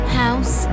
house